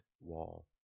wall